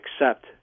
accept